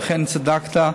אכן צדקת,